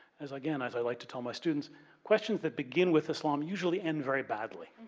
as again, as i like to tell my students questions that begin with islam usually end very badly.